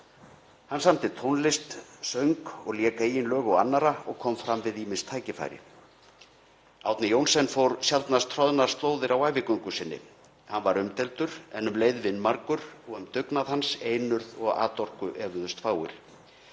Hann samdi tónlist, söng og lék eigin lög og annarra og kom fram við ýmis tækifæri. Árni Johnsen fór sjaldnast troðnar slóðir á ævigöngu sinni. Hann var umdeildur en um leið vinmargur og um dugnað hans, einurð og atorku efuðust fáir.